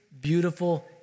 beautiful